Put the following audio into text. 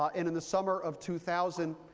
ah and in the summer of two thousand,